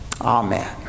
Amen